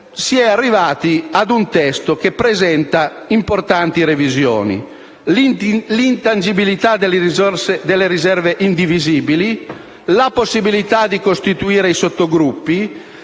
si è arrivati a un testo che presenta importanti revisioni: l'intangibilità delle riserve indivisibili, la possibilità di costituire i sottogruppi,